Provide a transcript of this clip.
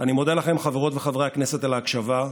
אני מודה לכם חברות וחברי הכנסת על ההקשבה,